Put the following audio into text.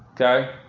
Okay